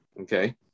Okay